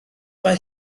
mae